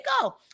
go